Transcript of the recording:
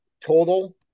total